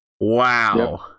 Wow